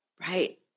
Right